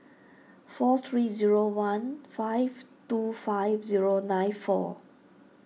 four three zero one five two five zero nine four